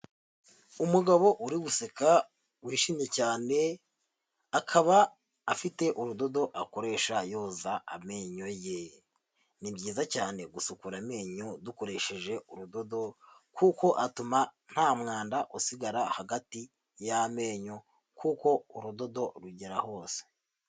Umugabo uri guseka, wishimye cyane, akaba afite urudodo akoresha yoza amenyo ye, ni byiza cyane gusukura amenyo, dukoresheje urudodo kuko atuma nta mwanda usigara hagati y'amenyo kuko urudodo rugera hose.